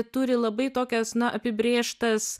turi labai tokias na apibrėžtas